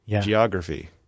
geography